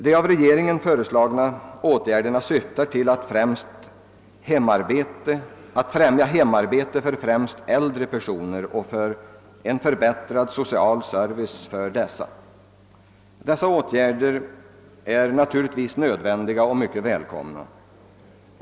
De av regeringen föreslagna åtgärderna syftar till att främja hemarbete, främst för äldre personer, och att åstadkomma en förbättrad social service för dessa människor. Sådana åtgärder är naturligtvis nödvändiga och mycket välkomna.